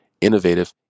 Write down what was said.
innovative